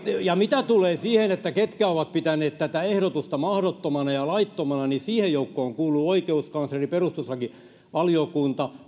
ja mitä tulee siihen ketkä ovat pitäneet tätä ehdotusta mahdottomana ja laittomana niin siihen joukkoon kuuluvat oikeuskansleri perustuslakivaliokunta